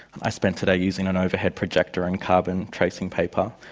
i spent today using an overhead projector and carbon-tracing paper,